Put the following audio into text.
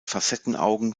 facettenaugen